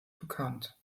bekannt